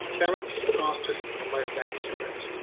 balanced, fastest, or most accurate.